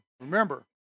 Remember